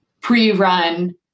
pre-run